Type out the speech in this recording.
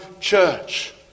church